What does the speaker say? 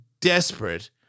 desperate